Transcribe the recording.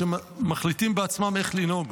כשמחליטים בעצמם איך לנהוג.